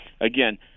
Again